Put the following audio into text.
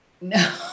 No